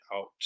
out